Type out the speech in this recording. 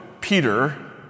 Peter